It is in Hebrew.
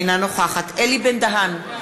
אינה נוכחת אלי בן-דהן,